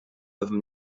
peuvent